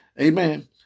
amen